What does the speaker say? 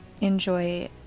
enjoy